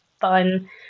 fun